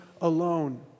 alone